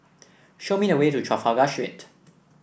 show me the way to Trafalgar Street